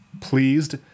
pleased